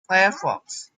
firefox